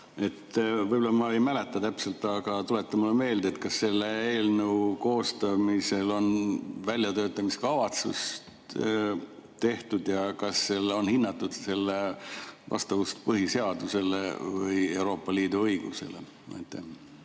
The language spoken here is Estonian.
Võib-olla ma ei mäleta täpselt, aga tuleta mulle meelde, kas selle eelnõu koostamisel on tehtud väljatöötamiskavatsus ja kas on hinnatud selle vastavust põhiseadusele või Euroopa Liidu õigusele.